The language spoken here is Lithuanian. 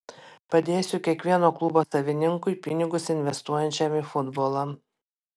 padėsiu kiekvieno klubo savininkui pinigus investuojančiam į futbolą